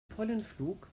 pollenflug